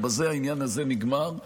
ובזה העניין הזה נגמר,